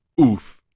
oof